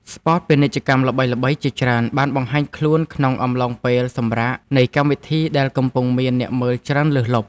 ស្ពតពាណិជ្ជកម្មល្បីៗជាច្រើនបានបង្ហាញខ្លួនក្នុងអំឡុងពេលសម្រាកនៃកម្មវិធីដែលកំពុងមានអ្នកមើលច្រើនលើសលប់។